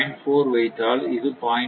4 ஐ வைத்தால் இது 0